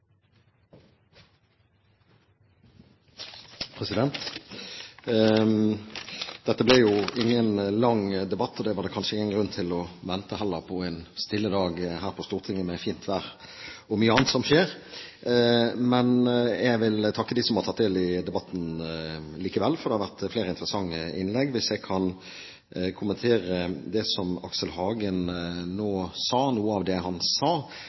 Dette ble jo ingen lang debatt, og det var det kanskje ingen grunn til å vente heller, på en stille dag her på Stortinget, med fint vær og mye annet som skjer. Men jeg vil takke dem som har tatt del i debatten, likevel, for det har vært flere interessante innlegg. Hvis jeg kan kommentere noe av det Aksel Hagen nå sa: Jeg tror det